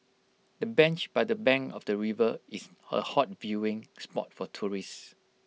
the bench by the bank of the river is A hot viewing spot for tourists